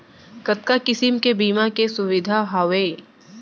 कतका किसिम के बीमा के सुविधा हावे?